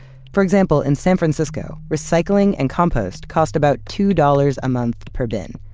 for example, in san francisco, recycling and compost cost about two dollars a month per bin.